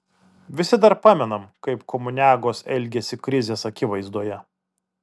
visi dar pamenam kaip komuniagos elgėsi krizės akivaizdoje